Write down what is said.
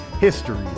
history